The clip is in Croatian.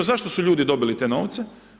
Zašto su ljudi dobili te novce?